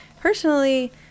personally